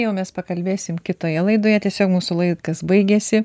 jau mes pakalbėsim kitoje laidoje tiesiog mūsų laikas baigiasi